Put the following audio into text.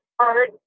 hard